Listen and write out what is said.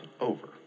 over